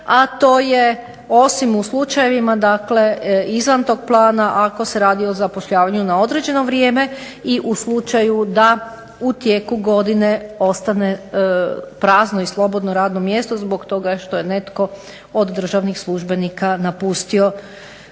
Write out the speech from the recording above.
a to je osim u slučajevima izvan tog plana ako se radi o zapošljavanju na određeno vrijeme i u slučaju da u tijeku godine ostane prazno i slobodno radno mjesto zbog toga što je netko od državnih službenika napustio